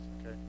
okay